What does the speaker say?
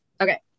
Okay